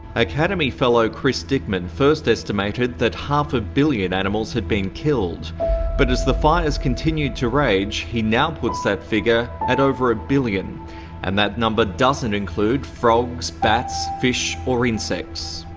academy fellow chris dickman first estimated that half a billion animals had been killed but as the fires continued to rage, he now puts that figure at over a billion and that number doesn't include frogs, bats, fish or insects.